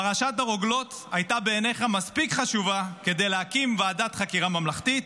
פרשת הרוגלות הייתה מספיק חשובה בעיניך כדי להקים ועדת חקירה ממלכתית,